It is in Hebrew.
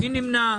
מי נמנע?